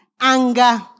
anger